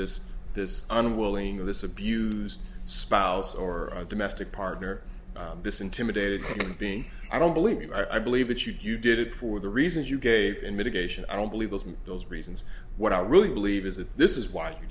this this unwilling of this abused spouse or domestic partner this intimidated being i don't believe i believe that you did it for the reasons you gave in mitigation i don't believe those those reasons what i really believe is that this is why